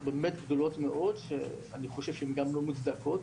גדולות מאד שאני חושב שהן גם לא מוצדקות,